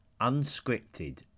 Unscripted